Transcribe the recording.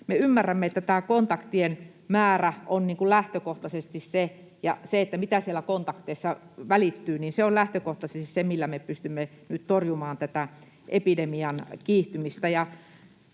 me ymmärrämme, että tämä kontaktien määrä ja se, mitä siellä kontakteissa välittyy, on lähtökohtaisesti se, millä me pystymme nyt torjumaan tätä epidemian kiihtymistä.